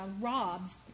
Robs